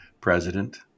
president